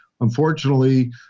Unfortunately